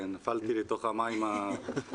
כן, נפלתי לתוך המים הקרים.